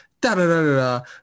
Da-da-da-da-da